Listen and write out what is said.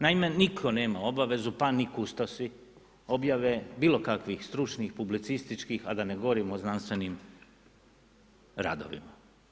Naime, nitko nema obavezu pa ni kustosi objave bilokakvih stručnih publicističkih a da ne govorimo o znanstvenim radovima.